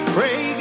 Pray